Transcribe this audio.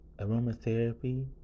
Aromatherapy